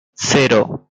cero